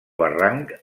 barranc